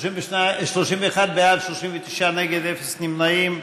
31 בעד, 39 נגד, אפס נמנעים.